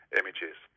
images